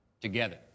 together